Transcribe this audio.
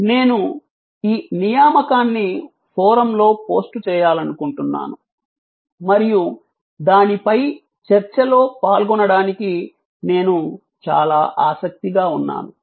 నేను ఈ నియామకాన్ని ఫోరమ్లో పోస్ట్ చేయాలనుకుంటున్నాను మరియు దానిపై చర్చలో పాల్గొనడానికి నేను చాలా ఆసక్తి గా ఉన్నాను